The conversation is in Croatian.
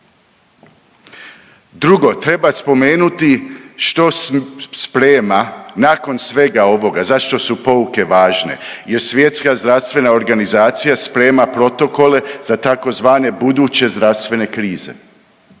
Drugo, treba spomenuti što se sprema nakon svega ovoga, zašto su pouke važne. Jer Svjetska zdravstvena organizacija sprema protokole za tzv. buduće zdravstvene krize.